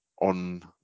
on